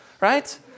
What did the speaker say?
right